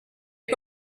you